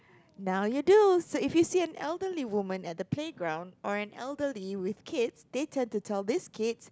now you do so if you see an elderly woman at the playground or an elderly with kids they turn to tell this kid